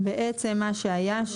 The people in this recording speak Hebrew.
בעצם מה שהיה,